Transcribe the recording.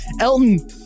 Elton